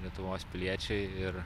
lietuvos piliečiai ir